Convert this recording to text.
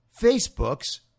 Facebook's